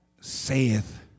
saith